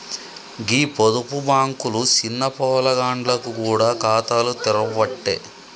గీ పొదుపు బాంకులు సిన్న పొలగాండ్లకు గూడ ఖాతాలు తెరవ్వట్టే